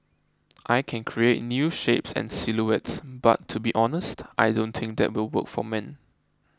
I can create new shapes and silhouettes but to be honest I don't think that will work for men